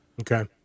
Okay